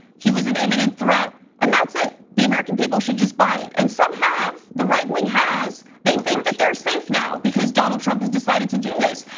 he was an imminent threat, and that's it. the american people should just buy it, and some have, the right wing has, they think that they're safe now because donald trump has decided to do this,